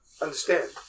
understand